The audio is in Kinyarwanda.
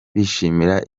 bishimira